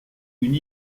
une